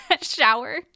shower